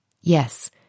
Yes